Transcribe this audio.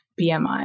BMI